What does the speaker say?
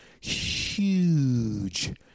huge